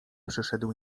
przyszedł